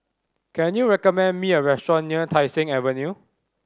can you recommend me a restaurant near Tai Seng Avenue